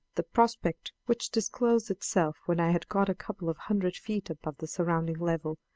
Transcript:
the prospect which disclosed itself when i had got a couple of hundred feet above the surrounding level,